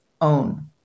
Own